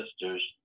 sisters